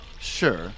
sure